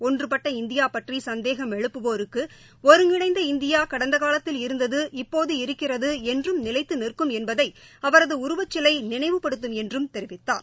ஒன்றுபட்ட இந்தியா பற்றி சந்தேகம் எழுப்புவோருக்கு ஒருங்கிணைந்த இந்தியா கடந்த காலத்தில் இருந்தது இப்போது இருக்கிறது என்றும் நிலைத்து நிற்கும் என்பதை அவரது உருவச்சிலை நினைவுபடுத்தும் என்றும் அவர் தெரிவித்தார்